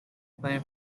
plan